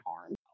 harm